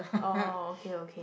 oh okay okay